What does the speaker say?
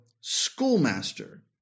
schoolmaster